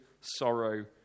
sorrow